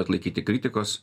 atlaikyti kritikos